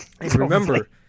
Remember